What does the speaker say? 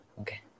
okay